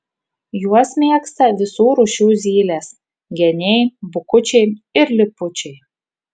juos mėgsta visų rūšių zylės geniai bukučiai ir lipučiai